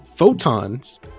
Photons